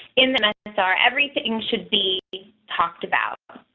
in the necessary every thing should be talked about,